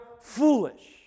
foolish